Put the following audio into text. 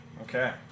okay